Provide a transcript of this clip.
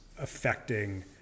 affecting